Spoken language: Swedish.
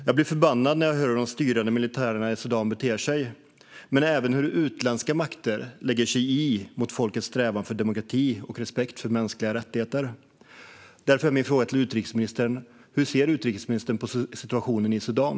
Jag blir förbannad när jag hör hur de styrande militärerna i Sudan beter sig, men även hur utländska makter lägger sig i, mot folkets strävan för demokrati och respekt för mänskliga rättigheter. Därför är min fråga till utrikesministern: Hur ser utrikesministern på situationen i Sudan?